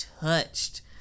touched